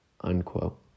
Unquote